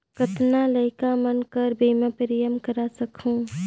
कतना लइका मन कर बीमा प्रीमियम करा सकहुं?